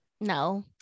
No